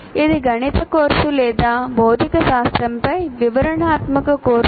ఇది గణిత కోర్సు లేదా భౌతిక శాస్త్రంపై వివరణాత్మక కోర్సునా